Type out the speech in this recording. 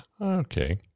okay